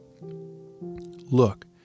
Look